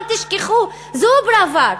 אל תשכחו, זו פראוור.